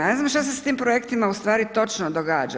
Ja ne znam što se s tim projektima ustvari točno događa.